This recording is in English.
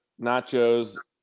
Nacho's